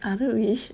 other wish